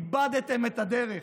איבדתם את הדרך,